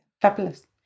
fabulous